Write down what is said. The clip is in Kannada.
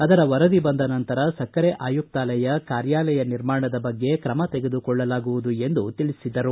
ಅದರ ವರದಿ ಬಂದ ನಂತರ ಸಕ್ಕರೆ ಆಯುಕ್ತಾಲಯ ಕಾರ್ಯಾಲಯ ನಿರ್ಮಾಣದ ಬಗ್ಗೆ ತ್ರಮ ತೆಗೆದುಕೊಳ್ಳಲಾಗುವುದು ಎಂದು ತಿಳಿಸಿದರು